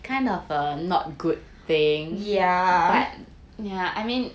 yeah